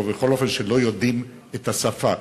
או בכל אופן שלא יודעים את השפה.